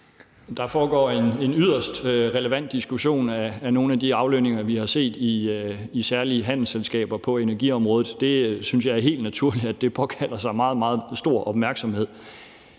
Der foregår en yderst relevant diskussion om nogle af de aflønninger, vi har set i særlige handelsselskaber på energiområdet. Jeg synes, det er helt naturligt, at det påkalder sig meget, meget stor opmærksomhed.